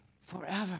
forever